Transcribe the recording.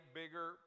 bigger